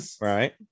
Right